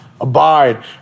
abide